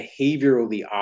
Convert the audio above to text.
behaviorally